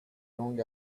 long